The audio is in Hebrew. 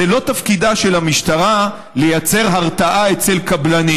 זה לא תפקידה של המשטרה לייצר הרתעה אצל קבלנים.